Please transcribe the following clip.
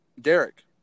Derek